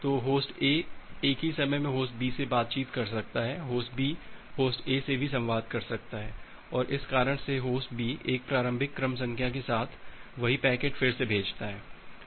तो host A एक ही समय में होस्ट B से बातचीत कर सकता है होस्ट B होस्ट A से भी संवाद कर सकता है और इस कारण से होस्ट B एक प्रारंभिक क्रम संख्या के साथ वही पैकेट फिर से भेजता है